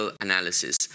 analysis